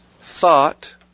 thought